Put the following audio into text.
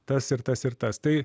tas ir tas ir tas tai